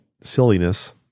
silliness